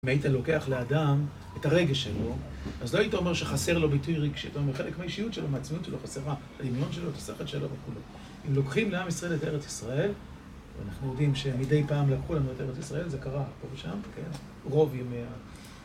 אם היית לוקח לאדם את הרגש שלו, אז לא היית אומר שחסר לו ביטוי רגשי, היית אומר חלק מהאישיות שלו, מהעצמיות שלו חסרה, הדמיון שלו, את השכל שלו וכולי. אם לוקחים לעם ישראל את ארץ ישראל, ואנחנו יודעים שמדי פעם לקחו לנו את ארץ ישראל, זה קרה פה ושם, כן, רוב ימי ה...